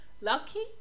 lucky